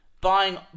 Buying